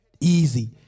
easy